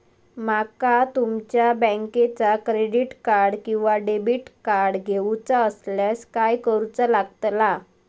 माका तुमच्या बँकेचा क्रेडिट कार्ड किंवा डेबिट कार्ड घेऊचा असल्यास काय करूचा लागताला?